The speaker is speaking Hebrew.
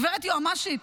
גברת יועמ"שית,